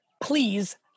please